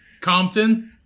Compton